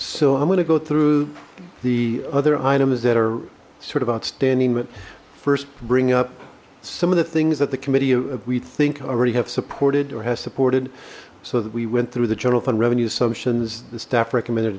so i'm going to go through the other items that are sort of outstanding but first bring up some of the things that the committee of we think already have supported or has supported so that we went through the general fund revenue assumptions the staff recommended